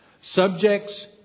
Subjects